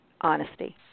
honesty